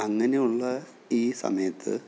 അങ്ങനെ ഉള്ള ഈ സമയത്ത്